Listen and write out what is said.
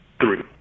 three